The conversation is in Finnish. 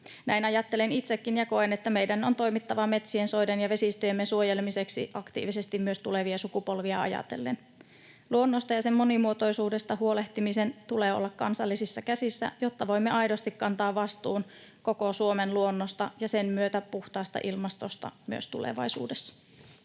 Näin ajattelen itsekin ja koen, että meidän on toimittava metsien, soiden ja vesistöjemme suojelemiseksi aktiivisesti myös tulevia sukupolvia ajatellen. Luonnosta ja sen monimuotoisuudesta huolehtimisen tulee olla kansallisissa käsissä, jotta voimme aidosti kantaa vastuun koko Suomen luonnosta ja sen myötä puhtaasta ilmastosta myös tulevaisuudessa.